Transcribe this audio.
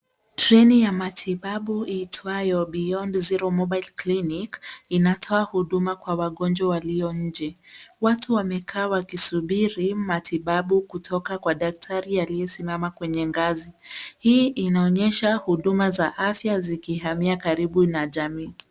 Treni ya matibabu iitwayo Beyond Zero Mobile Clinic inatoa huduma kwa wagonjwa walio nje. Watu wamekaa wakisubiri matibabu kutoka kwa daktari aliyesimama kwenye ngazi. Hii inaonyesha huduma za afya zikihamia karibu na jamii.